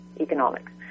economics